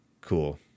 cool